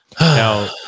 Now